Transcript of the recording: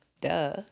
duh